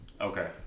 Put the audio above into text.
Okay